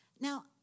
Now